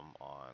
on